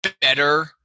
better